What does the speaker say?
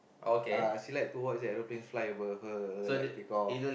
uh she like to watch aeroplanes fly over her like take off